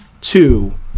two